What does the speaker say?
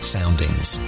Soundings